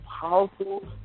powerful